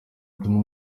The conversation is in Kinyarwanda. butumwa